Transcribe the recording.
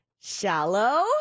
Shallow